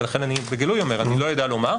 ואני בגלוי אומר אני לא יודע לומר,